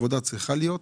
העבודה צריכה להיות,